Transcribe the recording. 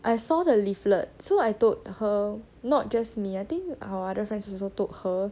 I saw the leaflet so I told her not just me I think our other friends also told her